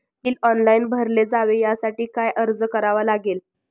Bill online भरले जावे यासाठी काय अर्ज करावा लागेल?